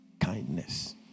Kindness